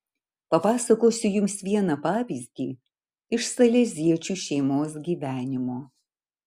papasakosiu jums vieną pavyzdį iš saleziečių šeimos gyvenimo